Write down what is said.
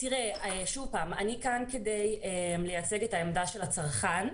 שוב, אני כאן כדי לייצג את העמדה של הצרכן.